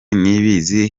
niyibizi